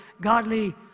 godly